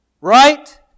right